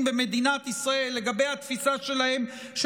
במדינת ישראל לגבי התפיסה שלהם של